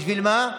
בשביל מה?